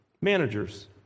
Managers